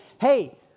hey